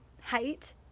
height